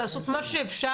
לעשות מה שאפשר,